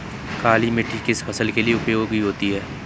काली मिट्टी किस फसल के लिए उपयोगी होती है?